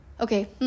Okay